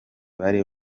bari